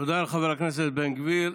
תודה לחבר הכנסת בן גביר.